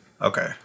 Okay